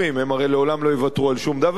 הם הרי לעולם לא יוותרו על שום דבר.